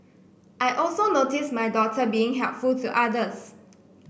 I also notice my daughter being helpful to others